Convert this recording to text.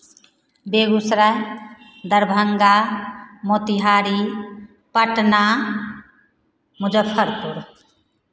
Begusarai Darbhanga Motihari Patna Muzaffarpur